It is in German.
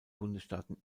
bundesstaaten